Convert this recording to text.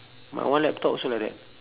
my one laptop also like that